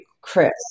Chris